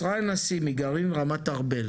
ישראל נסימי מגרעין רמת ארבל